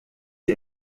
die